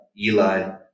Eli